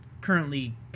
currently